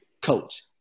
coach